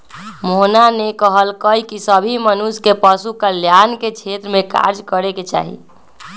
मोहना ने कहल कई की सभी मनुष्य के पशु कल्याण के क्षेत्र में कार्य करे के चाहि